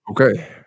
Okay